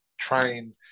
train